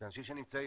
אלה אנשים שנמצאים,